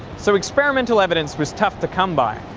so experimental evidence was tough to come by.